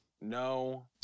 No